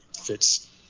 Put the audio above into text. fits